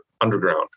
underground